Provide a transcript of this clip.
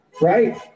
right